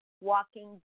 walking